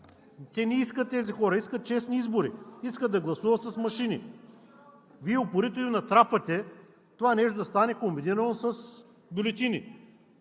не искат. Те искат честни избори, искат да гласуват с машини. Вие упорито им натрапвате това нещо да стане комбинирано с бюлетини.